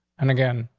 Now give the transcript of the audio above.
and again,